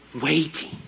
waiting